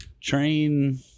train